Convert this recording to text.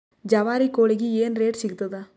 ಜವಾರಿ ಕೋಳಿಗಿ ಏನ್ ರೇಟ್ ಸಿಗ್ತದ?